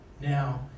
Now